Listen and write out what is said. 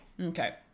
Okay